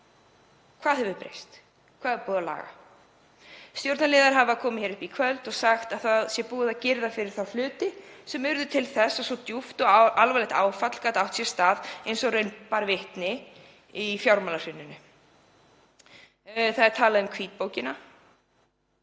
Hvað hefur breyst, hvað er búið að laga? Stjórnarliðar hafa komið upp í kvöld og sagt að búið sé að girða fyrir þá hluti sem urðu til þess að svo djúpt og alvarlegt áfall gat átt sér stað eins og raun bar vitni í fjármálahruninu. Það er talað um hvítbókina